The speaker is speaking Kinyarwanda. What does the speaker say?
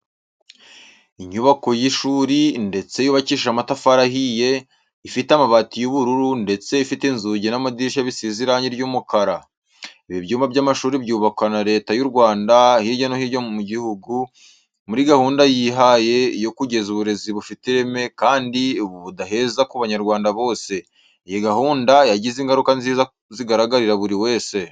Inyubako y'ishuri ndende yubakishije amatafari ahiye, ifite amabati y'ubururu ndetse ifite inzugi n'amadirishya bisize irange ry'umukara. Ibi byumba by'amashuri byubakwa na Leta y'u Rwanda hirya no hino mu gihugu muri gahunda yihaye yo kugeza uburezi bufite ireme kandi budaheza ku banyarwanda bose. Iyi gahunda yagize ingaruka nziza zigaragarira buri wese.